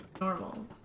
normal